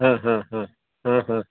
হা হা হা